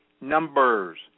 numbers